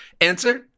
Answer